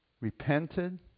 repented